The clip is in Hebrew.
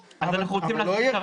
שיש.